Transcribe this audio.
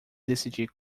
decidir